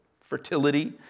fertility